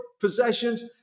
possessions